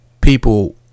people